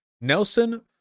Nelson